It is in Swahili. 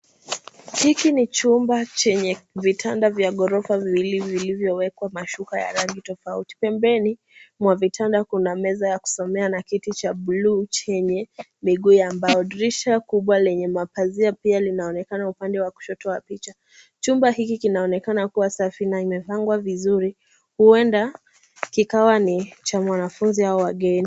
Hiki ni chumba chenye vitanda vya ghorofa viwili vilivyowekwa mashuka ya rangi tofauti. Pembeni kuna vitanda, kuna meza ya kusomea na kiti cha buluu chenye miguu ya mbao. Dirisha kubwa lenye mapazia pia linaonekana upande wa kushoto wa picha. Chumba hiki kinaonekana kuwa safi na imepangwa vizuri, huenda kikawa ni cha wanafunzi au wageni.